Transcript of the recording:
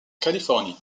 californie